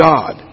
God